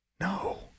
no